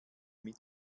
mit